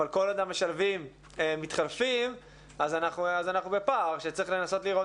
אבל כל עוד המשלבים מתחלפים אז אנחנו בפער שצריך לנסות לראות